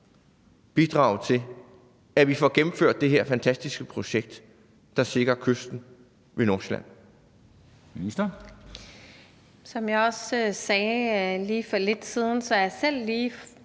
bidrage til, at vi får gennemført det her fantastiske projekt, der sikrer kysten ved Nordsjælland?